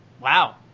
Wow